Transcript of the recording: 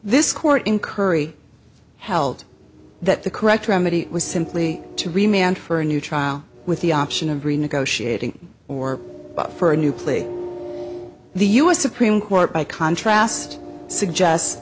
this court in curry held that the correct remedy was simply to remain on for a new trial with the option of renegotiating or for a new play the u s supreme court by contrast suggests